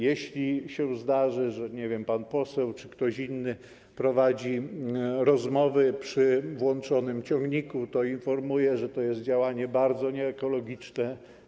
Jeśli się zdarza, że pan poseł czy ktoś inny prowadzi rozmowy przy włączonym ciągniku, to informuję, że jest to działanie bardzo nieekologiczne.